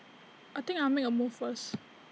I think I'll make A move first